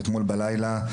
אתמול בלילה,